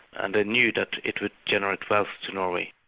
and they knew that it would generate wealth to norway.